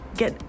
get